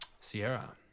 sierra